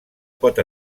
pot